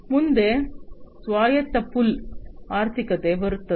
ಮುಂದೆ ಸ್ವಾಯತ್ತ ಪುಲ್ ಆರ್ಥಿಕತೆ ಬರುತ್ತದೆ